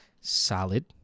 solid